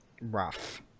Rough